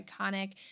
iconic